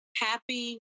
Happy